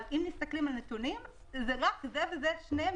אבל אם מסתכלים על נתונים רואים ששניהם